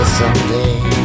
someday